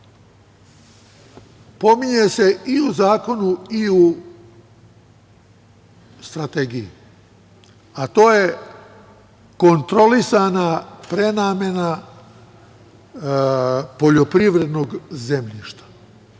pominje se i u zakonu i u strategiji, a to je kontrolisana prenamena poljoprivrednog zemljišta,